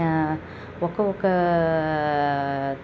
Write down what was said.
ఒక ఒకా